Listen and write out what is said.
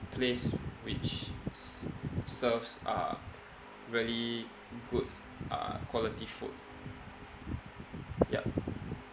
place which s~ serves uh really good uh quality food yup